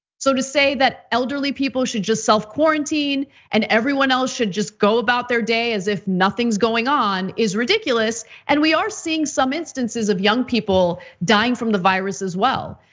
so to say that elderly people should just self-quarantine and everyone else should just go about their day as if nothing's going on is ridiculous, and we are seeing some instances of young people dying from the virus as well.